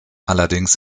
allerdings